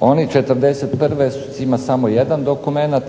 Oni '41. ima samo jedan dokumenat